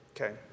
Okay